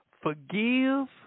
forgive